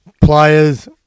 players